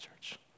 church